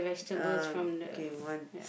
uh okay one